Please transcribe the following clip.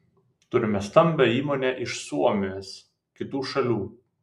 turime stambią įmonę iš suomijos kitų šalių